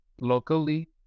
locally